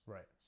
Right